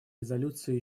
резолюции